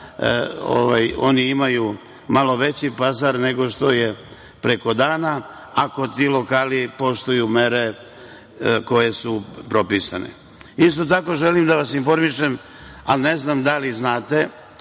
oni imaju malo veći pazar nego što je preko dana, ako ti lokali poštuju mere koje su propisane? Isto tako želim da vas informišem, a ne znam da li znate,